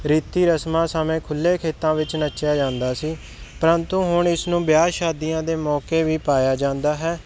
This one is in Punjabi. ਰੀਤੀ ਰਸਮਾਂ ਸਮੇਂ ਖੁੱਲ੍ਹੇ ਖੇਤਾਂ ਵਿੱਚ ਨੱਚਿਆ ਜਾਂਦਾ ਸੀ ਪ੍ਰੰਤੂ ਹੁਣ ਇਸ ਨੂੰ ਵਿਆਹ ਸ਼ਾਦੀਆਂ ਦੇ ਮੌਕੇ ਵੀ ਪਾਇਆ ਜਾਂਦਾ ਹੈ